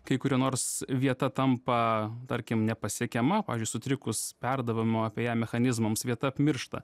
kai kuri nors vieta tampa tarkim nepasiekiama pavyzdžiui sutrikus perdavimo apie ją mechanizmams vieta apmiršta